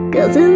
Cause